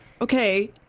Okay